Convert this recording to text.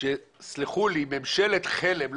ממשלת חלם,